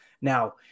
Now